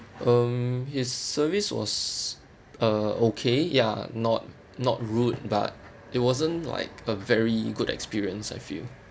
um his service was uh okay ya not not rude but it wasn't like a very good experience I feel